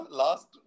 last